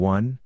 One